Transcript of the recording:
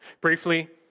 Briefly